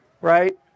right